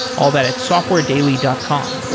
all that at softwaredaily dot com.